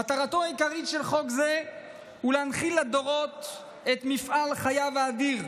מטרתו העיקרית של חוק זה היא להנחיל לדורות את מפעל חייו האדיר,